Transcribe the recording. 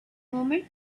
moment